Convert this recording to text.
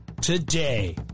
today